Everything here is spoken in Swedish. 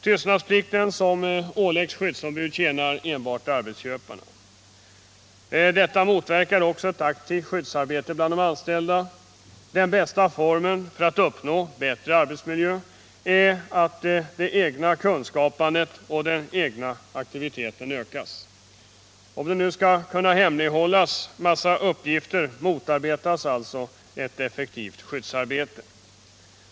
Tystnadsplikten, som åläggs skyddsombud, tjänar enbart arbetsköparna. Detta motverkar också ett aktivt skyddsarbete bland de anställda. Den bästa formen för att uppnå bättre arbetsmiljö är att det egna kunskapandet och den egna aktiviteten ökas. För att en mängd uppgifter skall kunna hemlighållas motarbetas alltså ett effektivt skyddsarbete!